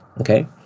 okay